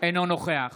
אינו נוכח